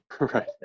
Right